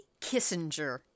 Kissinger